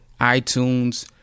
iTunes